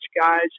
guys